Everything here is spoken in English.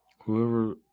Whoever